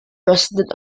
president